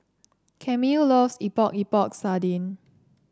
Camille loves Epok Epok Sardin